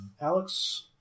Alex